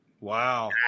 Wow